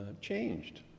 changed